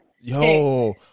yo